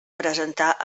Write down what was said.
presentar